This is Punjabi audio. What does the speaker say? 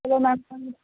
ਚਲੋ ਮੈਮ